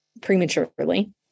prematurely